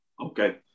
Okay